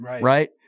right